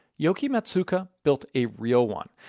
yoky matsuoka built a real one.